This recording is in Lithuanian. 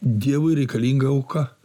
dievui reikalinga auka